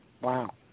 Wow